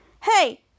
hey